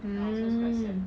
mm